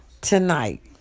tonight